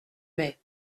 mai